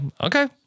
okay